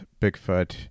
Bigfoot